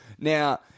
Now